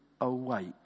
awake